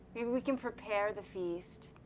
and we can prepare the feast,